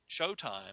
Showtime